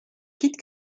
kit